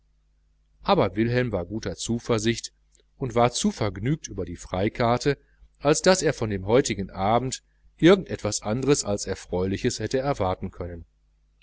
aber wilhelm war guter zuversicht und war zu vergnügt über die freikarte als daß er von dem heutigen abend irgend etwas anderes als erfreuliches hätte erwarten können